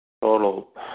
Total